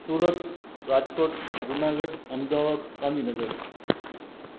Surat Rajkot Junagadh Ahmedabad Gandhinagar